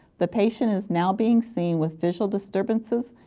the patient is now being seen with visual disturbances,